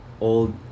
old